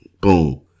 boom